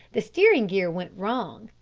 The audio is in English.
the steering gear went wrong,